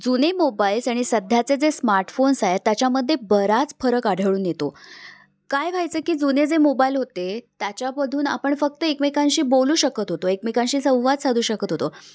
जुने मोबाईल्स आणि सध्याचे जे स्मार्टफोन्स आहेत त्याच्यामध्ये बराच फरक आढळून येतो काय व्हायचं की जुने जे मोबाईल होते त्याच्यामधून आपण फक्त एकमेकांशी बोलू शकत होतो एकमेकांशी संवाद साधू शकत होतो